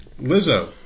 Lizzo